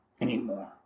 anymore